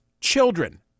children